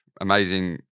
amazing